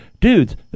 dudes